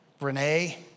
Renee